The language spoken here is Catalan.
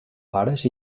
pares